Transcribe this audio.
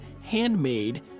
Handmade